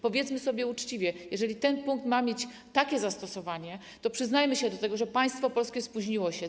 Powiedzmy sobie uczciwie: jeżeli ten artykuł ma mieć takie zastosowanie, to przyznajmy się do tego, że państwo polskie spóźniło się.